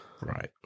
Right